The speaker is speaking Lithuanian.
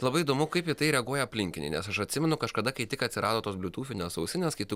labai įdomu kaip į tai reaguoja aplinkiniai nes aš atsimenu kažkada kai tik atsirado tos bliūtūfinės ausinės kai tu